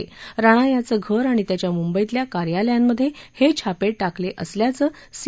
त्राणा याचं घर आणि त्याच्या मुंबईतल्या कार्यालयांमध्या विक्रिपांताकलाअसल्याचं सी